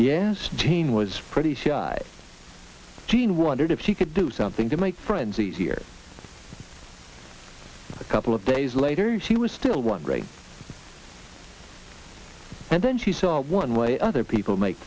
as jane was pretty sure gene wondered if she could do something to make friends easier a couple of days later she was still wondering and then she saw one way other people make